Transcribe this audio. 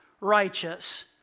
righteous